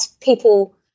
people